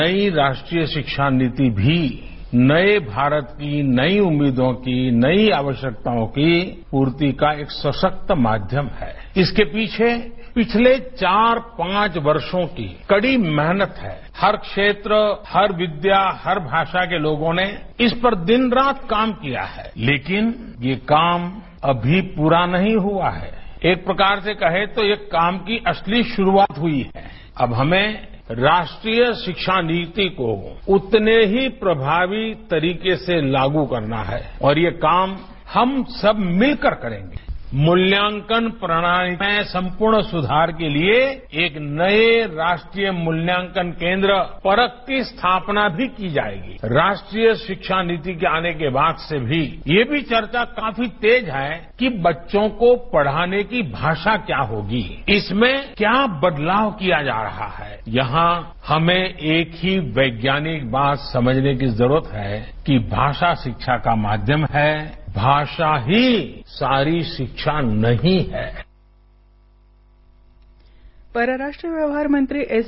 नई राष्ट्रीय शिक्षा नीति भी नये भारत की नई उम्मीदों की नई आवश्यकताओं की पूर्ति का एक सशक्त माध्यम है इसके पीछे पिछले चार पांच वर्षों की कड़ी मेहनत है हर क्षेत्र हर विद्या हर भाषा के लोगों ने इस पर दिन रात काम किया है लेकिन ये काम अभी पूरा नहीं ह्आ है एक प्रकार से कहें तो यह काम की असली शुरूआत ह्ई है अब हमें राष्ट्रीय शिक्षा नीति को उतने की प्रभावी तरीके से लागू करना है और ये काम हम सब मिलकर करेंगे मूल्यांकन प्रणाली में संपूर्ण सुधार के लिए एक नये राष्ट्रीय मूल्यांकन केन्द्र परख की स्थापना भी की जाएगी राष्ट्रीय शिक्षा नीति के आने के बाद से भी ये भी चर्चा काफी तेज है कि बच्चों को पढ़ाने की भाषा क्या होगी इसमें क्या बदलाव किया जा रहा है यहां हमें एक ही वैज्ञानिक बात समझने की जरूरत है कि भाषा शिक्षा का माध्यम है भाषा ही सारी शिक्षा नहीं है भारत चीन बैठक परराष्ट्र व्यवहार मंत्री एस